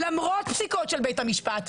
למרות פסיקות בית המשפט.